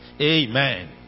Amen